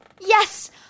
Yes